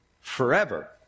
forever